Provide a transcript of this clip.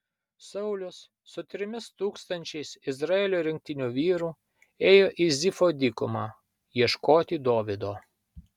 saulius su trimis tūkstančiais izraelio rinktinių vyrų ėjo į zifo dykumą ieškoti dovydo